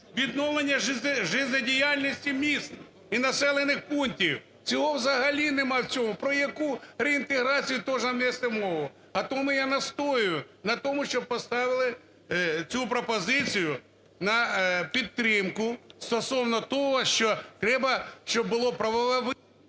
Відновлення життєдіяльності міст і населених пунктів, цього, взагалі, нема в цьому. Про яку реінтеграцію можемо вести мову? А тому я настоюю на тому, щоб поставили цю пропозицію на підтримку, стосовно того, що треба, щоб було правове…